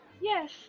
yes